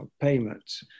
payments